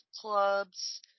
clubs